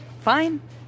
Fine